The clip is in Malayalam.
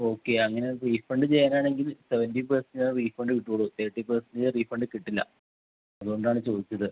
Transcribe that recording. ഓക്കെ അങ്ങനെ റീഫണ്ട് ചെയ്യാനാണെങ്കിൽ സെവൻറി പെർസെൻറ്റ് റീഫണ്ട് കിട്ടുള്ളൂ തേർട്ടി പേർസൻ്റെജ് റീഫണ്ട് കിട്ടില്ല അതുകൊണ്ടാണ് ചോദിച്ചത്